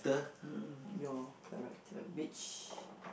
mm your character which